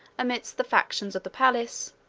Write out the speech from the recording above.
amidst the factions of the palace,